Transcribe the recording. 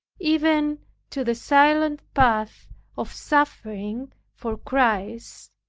even to the silent path of suffering for christ,